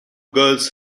girls